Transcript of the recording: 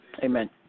Amen